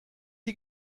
die